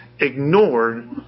Ignored